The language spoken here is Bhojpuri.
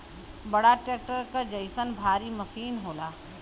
बड़ा ट्रक्टर क जइसन भारी मसीन होला